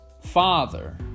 father